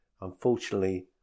Unfortunately